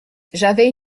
j’avais